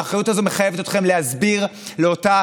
והאחריות הזאת מחייבת אתכם להסביר לאותה